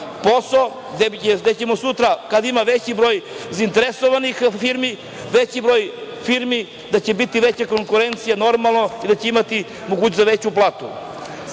posao, gde ćemo sutra kada ima veći broj zainteresovanih firmi, veći broj firmi, da će biti veća konkurencija, normalno, i da će imati mogućnost za veću platu. Sve